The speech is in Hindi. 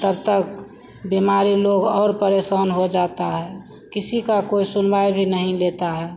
तब तक बीमारी लोग और परेशान हो जाता है किसी की कोई सुनवाई भी नहीं लेता है